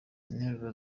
interuro